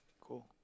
cool